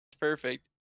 Perfect